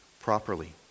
properly